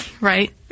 right